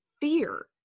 fear